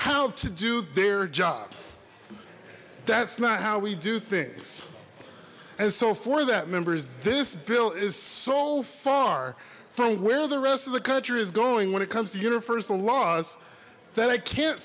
how to do their job that's not how we do things and so for that members this bill is so far from where the rest of the country is going when it comes to universal laws that i can't